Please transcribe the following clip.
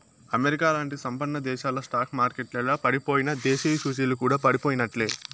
అమెరికాలాంటి సంపన్నదేశాల స్టాక్ మార్కెట్లల పడిపోయెనా, దేశీయ సూచీలు కూడా పడిపోయినట్లే